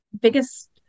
biggest